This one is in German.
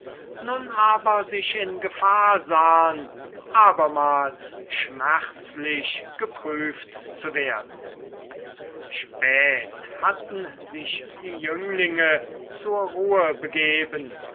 nun aber sich in gefahr sahen abermals schmerzlich geprüft zu werden spät hatten sich die jünglinge zur ruhe begeben